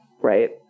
right